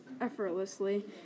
effortlessly